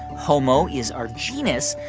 homo is our genus,